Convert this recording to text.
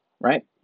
Right